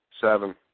Seven